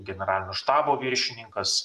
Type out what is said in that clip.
generalinio štabo viršininkas